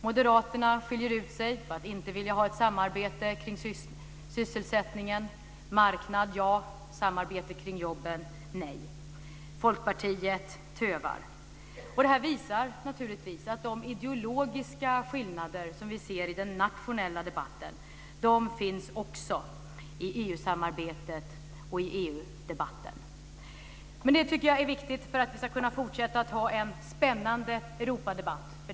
Moderaterna skiljer ut sig genom att inte vilja ha ett samarbete om sysselsättningen. Marknad ja - samarbete kring jobben nej. De ideologiska skillnader som vi ser i den nationella debatten finns också i EU-samarbetet och i EU debatten. Det är viktigt för att vi ska kunna fortsätta att ha en spännande Europadebatt.